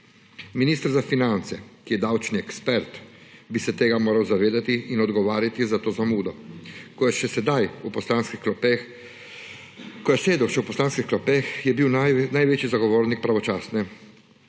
Minister za finance, ki je davčni ekspert, bi se tega moral zavedati in odgovarjati za to zamudo. Ko je sedel še v poslanskih klopeh, je bil največji zagovornik pravočasnega